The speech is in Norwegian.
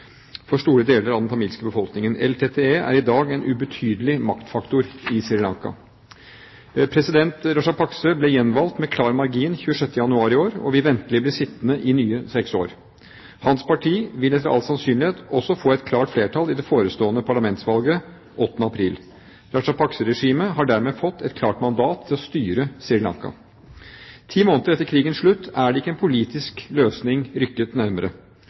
for store deler av den tamilske befolkningen. LTTE er i dag en ubetydelig maktfaktor i Sri Lanka. President Rajapaksa ble gjenvalgt med klar margin 26. januar i år og vil ventelig bli sittende i nye seks år. Hans parti vil etter all sannsynlighet også få et klart flertall i det forestående parlamentsvalget 8. april. Rajapaksa-regimet har dermed fått et klart mandat til å styre Sri Lanka. Ti måneder etter krigens slutt er ikke en politisk løsning rykket nærmere.